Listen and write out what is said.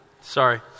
Sorry